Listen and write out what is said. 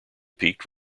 peaked